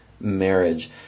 marriage